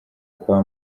kwa